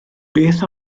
beth